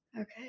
okay